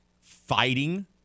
fighting